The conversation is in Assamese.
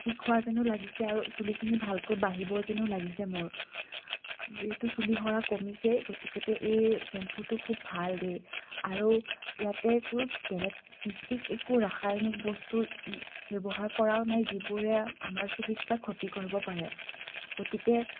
ঠিক হোৱা যেনো লাগিছে আৰু চুলিখিনি ভালকৈ বাঢ়িব যেনো লাগিছে মোৰ যিহেতু চুলি সৰা কমিছেই গতিকতে এই শ্বেম্পুটো খুব ভাল দেই আৰু ইয়াতে কোনো বেলেগ বিশেষ একো ৰাসায়নিক বস্তু ব্যৱহাৰ কৰাও নাই যিবোৰে আমাৰ চুলিত কিবা ক্ষতি কৰিব পাৰে গতিকে